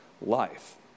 life